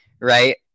right